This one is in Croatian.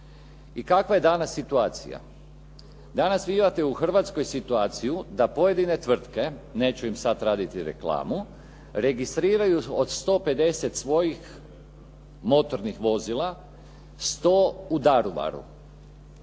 I kakva je danas situacija? Danas vi imate u Hrvatskoj situaciju da pojedine tvrtke, neću im sad raditi reklamu, registriraju od 150 svojih motornih vozila 100 u Daruvaru.